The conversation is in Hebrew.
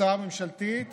להצעה הממשלתית